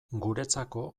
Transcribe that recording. guretzako